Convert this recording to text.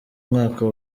mwaka